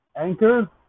Anchor